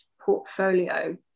portfolio